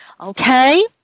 Okay